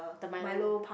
the Milo